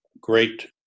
great